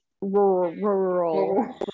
rural